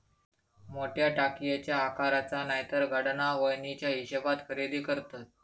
मोठ्या टाकयेच्या आकाराचा नायतर घडणावळीच्या हिशेबात खरेदी करतत